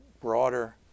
broader